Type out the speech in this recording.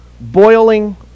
boiling